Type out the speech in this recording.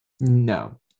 No